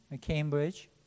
Cambridge